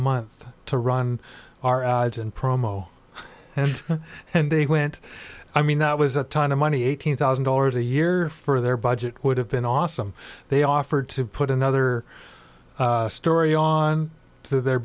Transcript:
month to run our ads and promo and and they went i mean that was a ton of money eighteen thousand dollars a year for their budget would have been awesome they offered to put another story on to their